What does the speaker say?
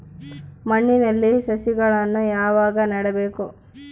ಮಣ್ಣಿನಲ್ಲಿ ಸಸಿಗಳನ್ನು ಯಾವಾಗ ನೆಡಬೇಕು?